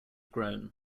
grown